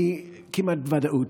כמעט בוודאות.